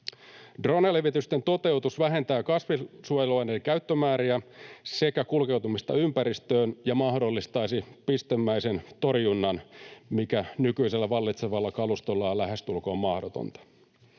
Drone-levitysten toteutus vähentää kasvinsuojeluaineiden käyttömääriä sekä kulkeutumista ympäristöön ja mahdollistaisi pistemäisen torjunnan, mikä nykyisellä vallitsevalla kalustolla on lähestulkoon mahdotonta.